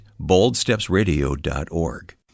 boldstepsradio.org